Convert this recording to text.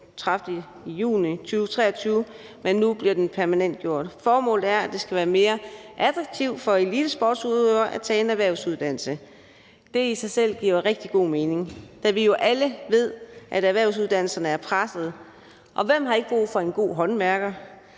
den 30. juni 2023, men nu bliver den permanentgjort. Formålet er, at det skal være mere attraktivt for elitesportsudøvere at tage en erhvervsuddannelse. Det giver jo i sig selv rigtig god mening, da vi alle ved, at erhvervsuddannelserne er pressede. Og hvem har ikke brug for en god håndværker,